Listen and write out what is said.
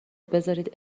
بذارید